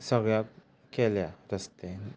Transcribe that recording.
सगळ्याक केल्या रस्ते